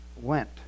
went